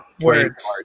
Words